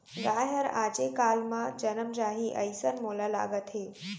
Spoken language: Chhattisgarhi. गाय हर आजे काल म जनम जाही, अइसन मोला लागत हे